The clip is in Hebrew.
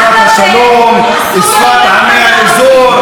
אמורה להיות שפת השלום, שפת עמי האזור.